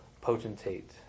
potentate